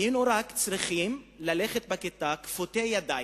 היינו צריכים ללכת בכיתה כפותי ידיים,